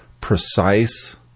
precise